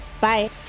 bye